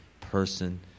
person